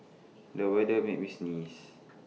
the weather made me sneeze